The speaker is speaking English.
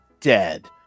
dead